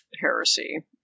heresy